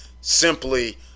simply